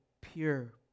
pure